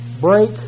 break